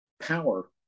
power